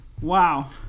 Wow